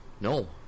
No